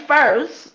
First